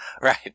right